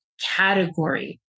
category